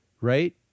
right